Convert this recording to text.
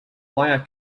wire